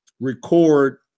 record